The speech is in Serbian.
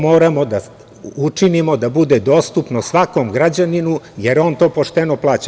Moramo da učinimo da bude dostupno svakom građaninu, jer on to pošteno plaća.